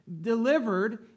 delivered